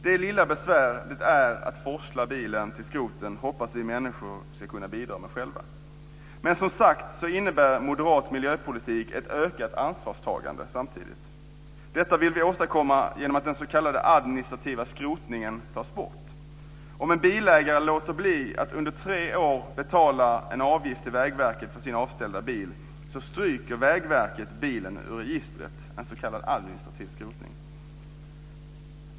Det lilla besvär som det är att forsla bilen till skroten hoppas vi att människor själva ska kunna bidra med. Men, som sagt, moderat politik innebär samtidigt ett ökat ansvarstagande. Detta vill vi åstadkomma genom att den s.k. administrativa skrotningen tas bort. Om en bilägare låter bli att under tre år betala en avgift till Vägverket för sin avställda bil, så stryker Vägverket bilen ur registret - en s.k. administrativ skrotning.